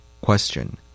Question